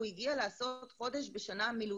הוא הגיע לעשות מילואים במשך חודש בשנה.